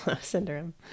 syndrome